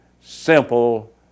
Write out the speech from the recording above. simple